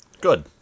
Good